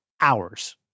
hours